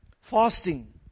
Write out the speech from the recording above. Fasting